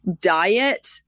diet